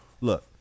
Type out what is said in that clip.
look